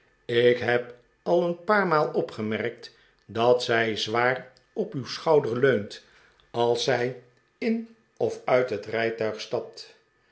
ik heb al een paar maal opgemerkt dat zij zwaar op uw schouder leunt als zij in of uit het rijtuig stapt